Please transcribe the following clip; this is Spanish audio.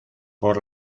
por